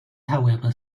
however